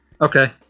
okay